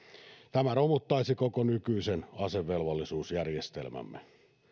tämä romuttaisi koko nykyisen asevelvollisuusjärjestelmämme